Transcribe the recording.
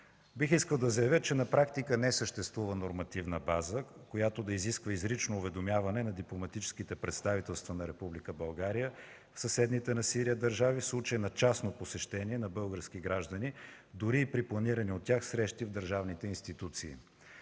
Бих искал да заявя, че на практика не съществува нормативна база, която да изисква изрично уведомяване на дипломатическите представителства на Република България в съседните на Сирия държави в случаи на частни посещения на български граждани, дори и при планирани от тях срещи в държавните институции.